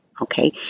okay